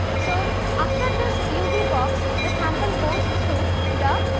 so, after this uv box, the sample goes through the